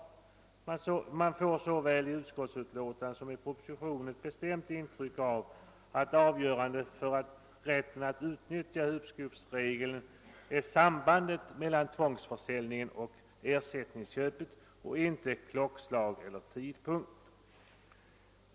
Man får såväl i utskottsutlåtandet som i propositionen ett bestämt intryck av att avgörande för rätten att utnyttja uppskovsregeln är sambandet mellan tvångsförsäljningen och ersättningsköpet och inte klockslag eller tidpunkt.